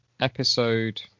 Episode